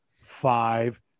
five